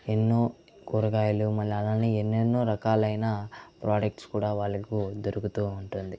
ఎన్నో కూరగాయలు ఎన్నెన్నో రకాలైన ప్రొడక్ట్స్ కూడా వాళ్లకి దొరుకుతూ ఉంటుంది